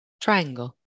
triangle